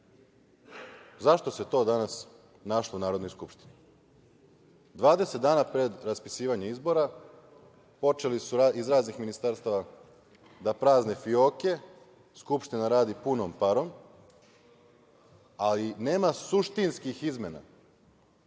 Zašto se to danas našlo u Narodnoj skupštini? Dvadeset dana pred raspisivanje izbora počeli su iz raznih ministarstava da prazne fioke, Skupština radi punom parom, ali nema suštinskih izmena